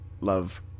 love